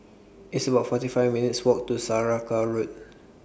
It's about forty five minutes' Walk to Saraca Road